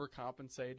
overcompensated